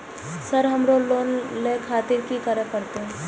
Sir हमरो loan ले खातिर की करें परतें?